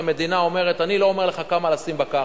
המדינה אומרת: אני לא אומר לך כמה לשים בקרקע.